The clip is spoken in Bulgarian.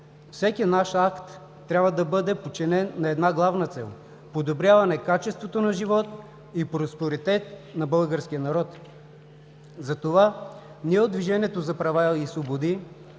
Всеки наш акт трябва да бъде подчинен на една главна цел: подобряване качеството на живот и просперитет на българския народ. Затова ние от Движението за права и свободи